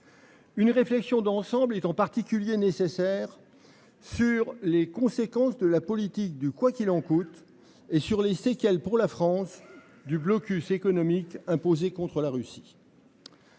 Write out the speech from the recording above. Une réflexion d'ensemble est en particulier nécessaires sur les conséquences de la politique du quoi qu'il en coûte et sur les séquelles pour la France du blocus économique imposé contre la Russie.--